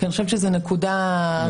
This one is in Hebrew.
כי אני חושבת שזאת נקודה רגישה.